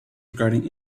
regarding